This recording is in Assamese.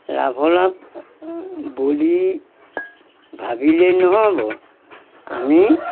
লাভালাভ বুলি ভাবিলে নহ'ব আমি